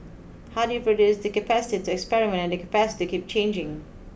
how do you produce the capacity to experiment and the capacity to keep changing